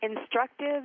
instructive